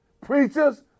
Preachers